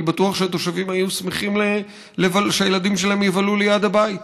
אני בטוח שהתושבים היו שמחים שהילדים שלהם יבלו ליד הבית,